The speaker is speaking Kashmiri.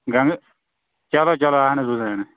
گَنٛگہٕ چلو چلو اَہَن حظ بہٕ زانہٕ